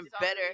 better